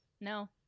no